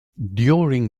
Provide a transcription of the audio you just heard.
during